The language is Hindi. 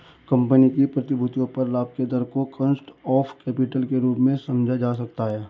कंपनी की प्रतिभूतियों पर लाभ के दर को कॉस्ट ऑफ कैपिटल के रूप में समझा जा सकता है